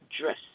Dress